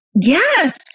Yes